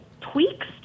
tweaks